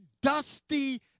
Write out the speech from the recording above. dusty